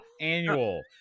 annual